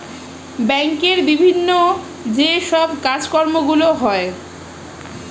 ব্যাংকের বিভিন্ন যে সব কাজকর্মগুলো হয়